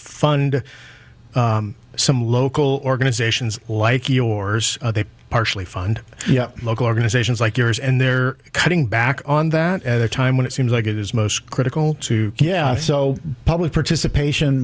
fund some local organizations like yours they partially fund local organizations like yours and they're cutting back on that at a time when it's seems like it is most critical to yeah so public participation